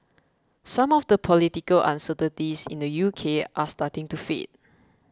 some of the political uncertainties in the U K are starting to fade